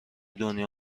دنیا